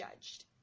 JUDGED